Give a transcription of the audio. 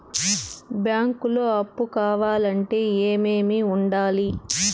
బ్యాంకులో అప్పు కావాలంటే ఏమేమి ఉండాలి?